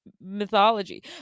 Mythology